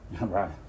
Right